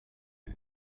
für